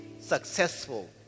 successful